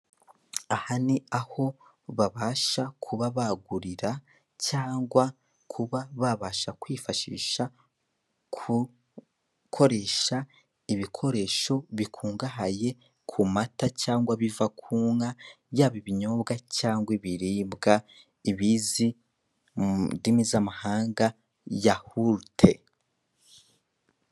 Aha ni aho babasha kuba bagurira, cyangwa kuba babasha kwifashisha kukoresha ibikoresho bikungahaye ku mata, cyangwa biva ku nka, yaba ibinyobwa cyangwa ibiribwa, ibizi mu ndimi z'amahanga yahurute.